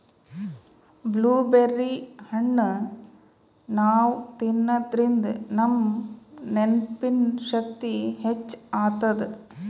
blueberry ಹಣ್ಣ್ ನಾವ್ ತಿನ್ನಾದ್ರಿನ್ದ ನಮ್ ನೆನ್ಪಿನ್ ಶಕ್ತಿ ಹೆಚ್ಚ್ ಆತದ್